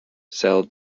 cell